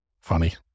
Funny